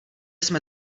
jsme